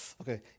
Okay